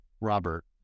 Robert